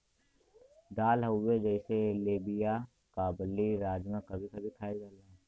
दाल हउवे जइसे लोबिआ काबुली, राजमा कभी कभी खायल जाला